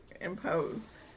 impose